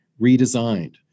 redesigned